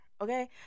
Okay